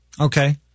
Okay